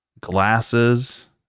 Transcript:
glasses